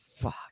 Fuck